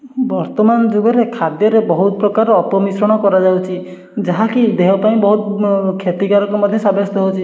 ବର୍ତ୍ତମାନ ଯୁଗରେ ଖାଦ୍ୟରେ ବହୁତ ପ୍ରକାର ଅପମିଶ୍ରଣ କରାଯାଉଛି ଯାହା କି ଦେହ ପାଇଁ ବହୁତ କ୍ଷତିକାରକ ମଧ୍ୟ ସାବ୍ୟସ୍ତ ହେଉଛି